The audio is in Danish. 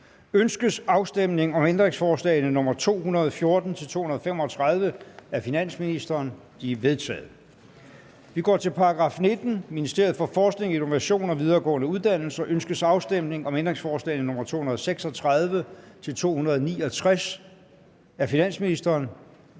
Ønskes afstemning om ændringsforslag nr. 214-235 af finansministeren? De er vedtaget. Til § 19. Ministeriet for Forskning, Innovation og Videregående Uddannelser. Ønskes afstemning om ændringsforslag nr. 236-269 af finansministeren?